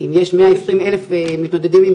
אם יש 120,000 מתמודדים עם תחלואה כפולה.